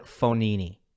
Fonini